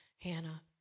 Hannah